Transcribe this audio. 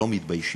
לא מתביישים.